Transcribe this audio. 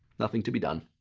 nothing to be done.